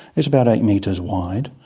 it's about eight metres wide,